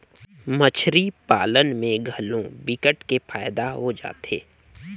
मछरी पालन में घलो विकट के फायदा हो जाथे